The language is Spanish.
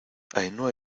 ainhoa